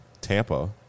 tampa